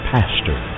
Pastor